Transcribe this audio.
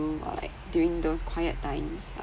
or like during those quiet times